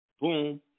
Boom